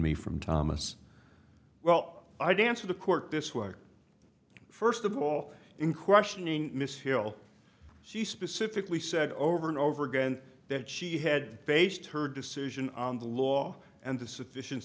me from thomas well i dance for the court this way first of all in questioning miss hale she specifically said over and over again that she had based her decision on the law and the sufficien